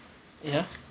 ya